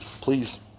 please